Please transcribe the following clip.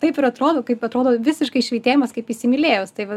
taip ir atrodo kaip atrodo visiškai švytėjimas kaip įsimylėjus tai va